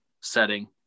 setting